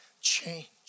change